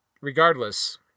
regardless